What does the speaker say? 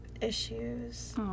issues